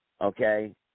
Okay